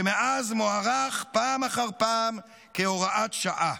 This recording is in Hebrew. שמאז מוארך פעם אחר פעם כהוראת שעה,